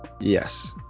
Yes